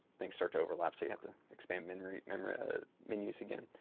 things start to overlap, so you have to expand memory memory ah menus again,